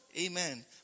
Amen